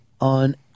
on